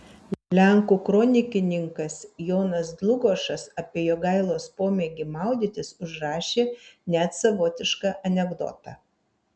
lenkų kronikininkas jonas dlugošas apie jogailos pomėgį maudytis užrašė net savotišką anekdotą